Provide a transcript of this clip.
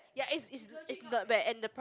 ya it's it's it's not bad and the price